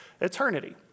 eternity